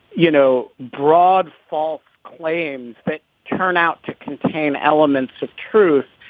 you know, broad false claims that turn out to contain elements of truth.